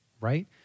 right